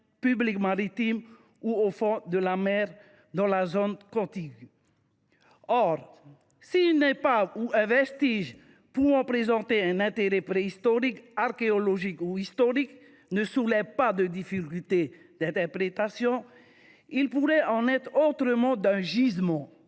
public maritime ou au fond de la mer dans la zone contiguë. » Toutefois, si une épave ou un vestige pouvant présenter un intérêt préhistorique, archéologique ou historique ne soulève pas de difficultés d’interprétation, il pourrait en être autrement d’un gisement,